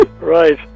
Right